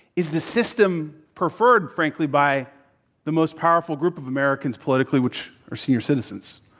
it's the system preferred, frankly, by the most powerful group of american politically, which are senior citizens.